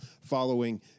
following